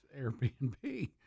Airbnb